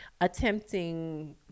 attempting